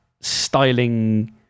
styling